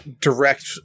direct